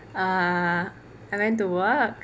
uh I went to work